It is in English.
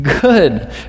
good